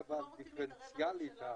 אנחנו לא רוצים להתערב בממשלה.